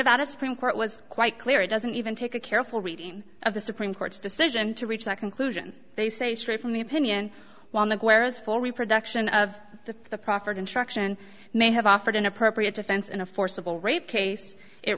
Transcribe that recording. nevada supreme court was quite clear it doesn't even take a careful reading of the supreme court's decision to reach that conclusion they say straight from the opinion while the whereas for reproduction of the the proffered instruction may have offered an appropriate defense in a forcible rape case it